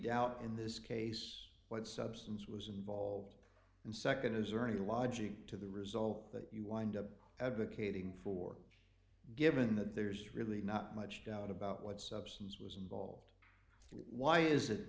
doubt in this case what substance was involved and nd is there any logic to the result that you wind up advocating for given that there's really not much doubt about what substance was involved why is it